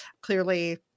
Clearly